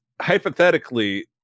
hypothetically